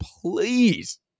please